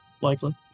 Likely